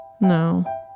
No